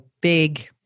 big